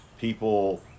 people